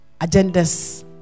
agendas